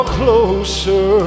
closer